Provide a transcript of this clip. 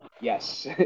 Yes